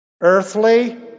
Earthly